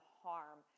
harm